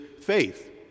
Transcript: faith